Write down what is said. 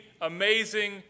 amazing